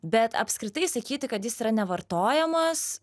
bet apskritai sakyti kad jis yra nevartojamas